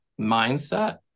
mindset